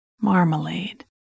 Marmalade